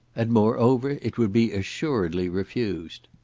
and, moreover, it would be assuredly refused.